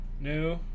new